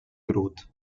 growth